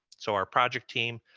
so our project team,